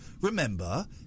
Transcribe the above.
remember